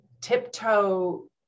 tiptoe